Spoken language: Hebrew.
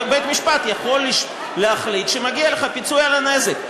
ובית-המשפט יכול להחליט שמגיע לך פיצוי על הנזק.